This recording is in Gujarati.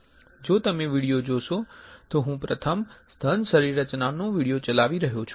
જો તમે વિડિઓ જોશો તો હું પ્રથમ સ્તન શરીરરચનાનો વિડિઓ ચલાવી રહ્યો છું